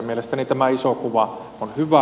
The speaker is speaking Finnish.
mielestäni tämä iso kuva on hyvä